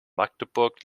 magdeburg